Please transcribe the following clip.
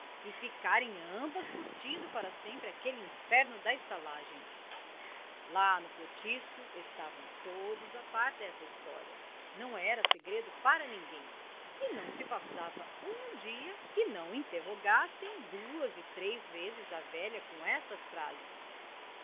ficarem ambas curtindo para sempre aquele inferno da estalagem lá no cortiço estavam todos a par desta história não era segredo para ninguém e não se passava um dia que não interrogassem duas e três vezes a velha com estas frases